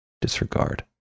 Disregard